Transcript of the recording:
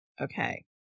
okay